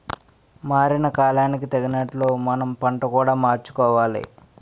మారిన కాలానికి తగినట్లు మనం పంట కూడా మార్చుకోవాలి